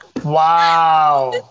Wow